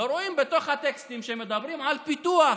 בתוך הטקסטים שמדברים על פיתוח.